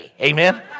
Amen